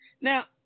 Now